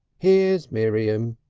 here's miriam!